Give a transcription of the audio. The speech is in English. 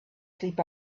sleep